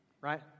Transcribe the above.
Right